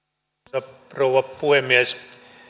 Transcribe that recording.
arvoisa rouva puhemies